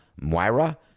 Moira